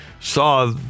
Saw